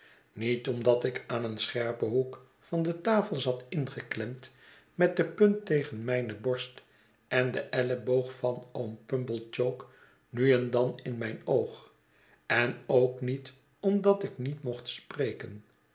niet omdat ik aan een scherpen hoek van de tafel zat ingeklemd met de punt tegen mijne borst en de elleboog van oom pumblechook nu en dan in mijn oog en ook niet omdat ik niet mocht spreken